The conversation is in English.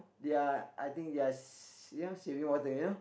ya I think they are s~ you know saving water you know